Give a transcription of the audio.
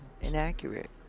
inaccurate